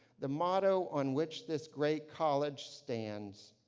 the motto on which this great college stands.